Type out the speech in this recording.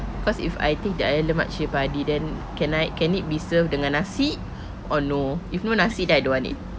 because if I take that ayam lemak cili padi then can I can it be served dengan nasi or no if no nasi then I don't want it